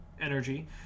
energy